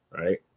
right